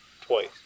twice